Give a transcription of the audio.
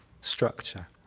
structure